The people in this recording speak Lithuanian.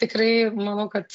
tikrai manau kad